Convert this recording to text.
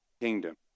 kingdom